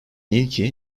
ilki